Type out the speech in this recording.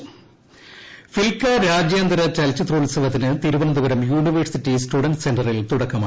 ഫിൽക്ക ഫിൽക്ക രാജ്യാന്തര ചലച്ചിത്രോൽസവത്തിന് തിരുവനന്തപുരം യൂണിവേഴ്സിറ്റി സ്റ്റുഡന്റ്സ് സെന്ററിൽ തുടക്കമായി